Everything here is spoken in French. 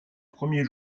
premier